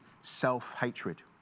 self-hatred